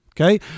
Okay